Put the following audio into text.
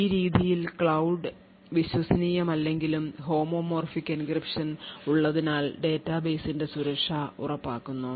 ഈ രീതിയിൽ ക്ലൌഡ് വിശ്വസനീയമല്ലെങ്കിലും ഹോമോമോർഫിക് എൻക്രിപ്ഷൻ ഉള്ളതിനാൽ ഡാറ്റാബേസിന്റെ സുരക്ഷ ഉറപ്പാക്കുന്നു